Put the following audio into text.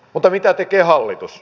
mutta mitä tekee hallitus